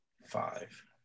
Five